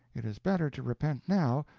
it is better to repent now,